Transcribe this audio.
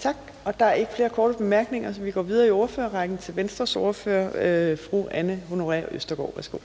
Tak. Der er ikke flere korte bemærkninger, så vi går videre i ordførerrækken til Venstres ordfører, fru Anne Honoré Østergaard. Værsgo.